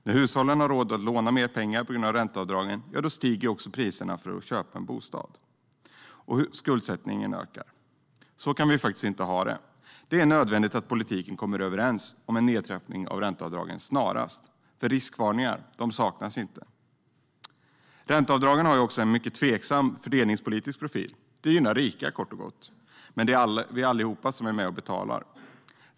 När hushållen har råd att låna mer pengar på grund av ränteavdragen stiger priserna på bostäder, och skuldsättningen ökar. Så kan vi inte ha det. Det är nödvändigt att politiken kommer överens om en nedtrappning av ränteavdragen snarast, för riskvarningar saknas inte. Ränteavdragen har också en mycket tveksam fördelningspolitisk profil. De gynnar rika kort och gott, men vi är allihop med och betalar.